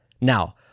Now